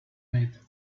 made